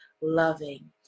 loving